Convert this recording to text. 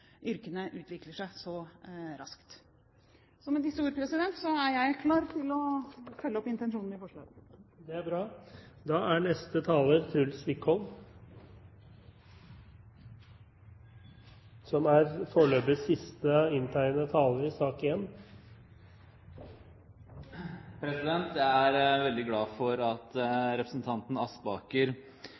yrkene utvikler seg så raskt. Så med disse ord er jeg klar til å følge opp intensjonen i forslaget. Det er bra. Jeg er veldig glad for at representanten Aspaker er enig i at det er viktig også å se på fellesfaglærerne. Jeg tror kanskje at det er